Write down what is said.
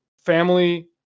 family